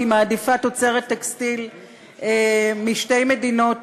היא מעדיפה תוצרת טקסטיל משתי מדינות